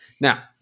now